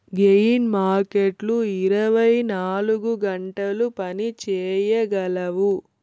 gain మార్కెట్లు ఇరవై నాలుగు గంటలు పని చేయగలవు